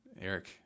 Eric